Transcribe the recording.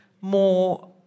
more